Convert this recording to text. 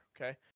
okay